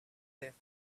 death